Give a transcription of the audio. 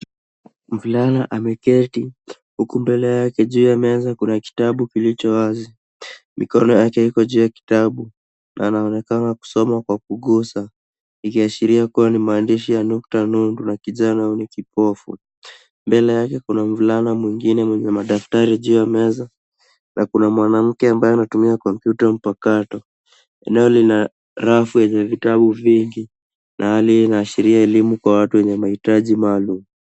Mvulana ameketi huku mbele yake juu ya meza kuna kitabu kilicho wazi. Mikono yake iko juu ya kitabu na anaonekana kusoma kwa kugusa, ikiashiria kuwa ni maandishi ya nukta nundu na kijana huyu ni kipofu. Mbele yake kuna mvulana mwingine mwenye madaftari juu ya meza na kuna mwanamke ambaye anatumia kompyuta mpakato. Eneo lina rafu yenye vitabu vingi na hali hii inaashiria elimu kwa watu wenye mahitaji maalum.